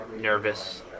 nervous